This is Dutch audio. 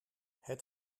het